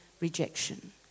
rejection